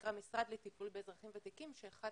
שנקרא משרד לטיפול באזרחים ותיקים שאחת